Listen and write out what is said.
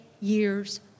years